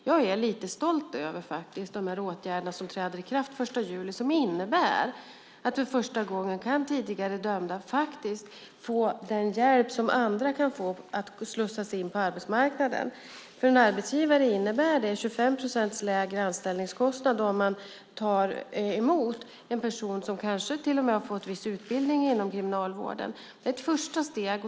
Jag är faktiskt lite stolt över de åtgärder som träder i kraft den 1 juli och som innebär att tidigare dömda för första gången kan få den hjälp som andra kan få med att slussas in på arbetsmarknaden. För en arbetsgivare innebär det 25 procent lägre anställningskostnad om man tar emot en person som kanske till och med har fått viss utbildning inom Kriminalvården. Det är ett första steg.